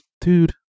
dude